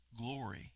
glory